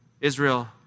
Israel